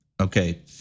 okay